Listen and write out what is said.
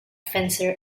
fencer